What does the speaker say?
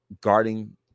guarding